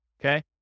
Okay